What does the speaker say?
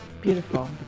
Beautiful